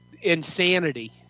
insanity